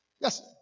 Yes